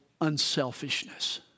unselfishness